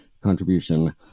contribution